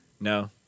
No